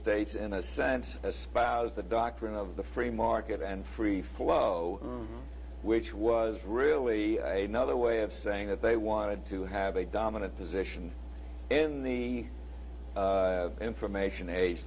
states in a sense a spouse the doctrine of the free market and free flow which was really a nother way of saying that they wanted to have a dominant position in the information age